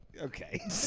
Okay